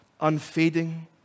unfading